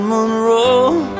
Monroe